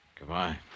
Goodbye